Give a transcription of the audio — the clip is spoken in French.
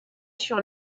sur